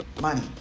money